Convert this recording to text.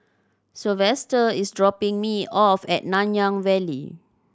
Sylvester is dropping me off at Nanyang Valley